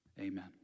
Amen